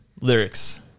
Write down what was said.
lyrics